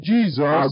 Jesus